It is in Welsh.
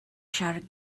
siarad